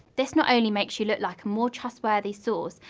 this not only makes you look like a more trustworthy source,